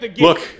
look